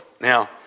Now